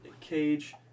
Cage